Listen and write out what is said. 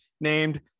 named